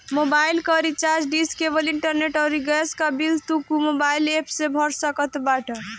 mobile कअ recharge, dish, cable, internet अउरी gas कअ बिल तू मोबाइल एप्प से भर सकत बाटअ